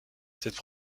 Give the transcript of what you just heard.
cette